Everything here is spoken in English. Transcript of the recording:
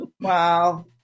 Wow